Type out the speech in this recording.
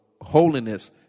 holiness